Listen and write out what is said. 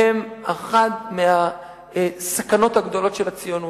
הן אחת מהסכנות הגדולות של הציונות.